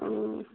আৰু